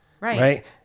right